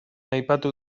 aipatu